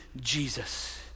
Jesus